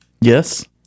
yes